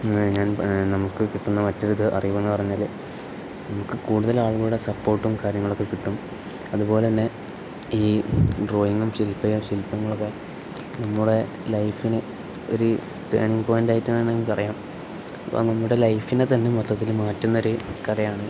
ഞാൻ നമുക്ക് കിട്ടുന്ന മറ്റൊരു ഇത് അറിവ് എന്ന് പറഞ്ഞാൽ നമുക്ക് കൂടുതൽ ആളുകളുടെ സപ്പോർട്ടും കാര്യങ്ങളൊക്കെ കിട്ടും അതുപോലെ തന്നെ ഈ ഡ്രോയിങ്ങും ശിൽപം ശില്പങ്ങളൊക്കെ നമ്മുടെ ലൈഫിന് ഒരു ടേണിങ് പോയിൻറ ആയിട്ടാണ് നമുക്ക് അറിയാം അപ്പം നമ്മുടെ ലൈഫിനെ തന്നെ മൊത്തത്തിൽ മാറ്റുന്നൊരു കഥയാണ്